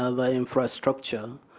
ah the infrastructure